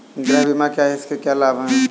गृह बीमा क्या है इसके क्या लाभ हैं?